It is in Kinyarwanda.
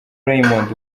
raymond